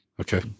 okay